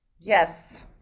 Yes